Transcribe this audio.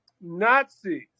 Nazis